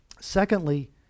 Secondly